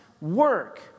work